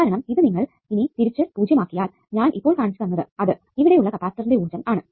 കാരണം ഇത് ഇനി നിങ്ങൾ തിരിച്ചു 0 ആക്കിയാൽ ഞാൻ ഇപ്പോൾ കാണിച്ചു തന്നത് അത് ഇവിടെ ഉള്ള കപ്പാസിറ്ററിന്റെ ഊർജ്ജം ആണ്